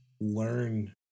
learn